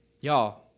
Y'all